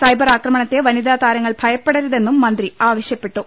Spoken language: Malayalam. സൈബർ ആക്രമണത്തെ വനിതാ താരങ്ങൾ ഭയപ്പെടരുതെന്നും മന്ത്രി ആവശ്യപ്പെട്ടു